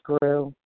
grew